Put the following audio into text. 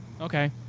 okay